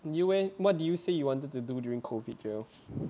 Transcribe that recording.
you leh what did you say you wanted to do during COVID jarrell